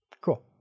Cool